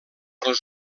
les